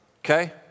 Okay